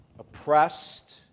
Oppressed